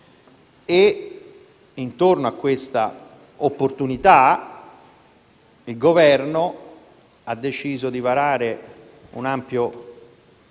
EU. Intorno a questa opportunità il Governo ha deciso di varare un ampio